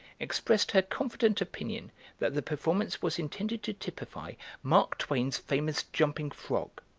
expressed her confident opinion that the performance was intended to typify mark twain's famous jumping frog,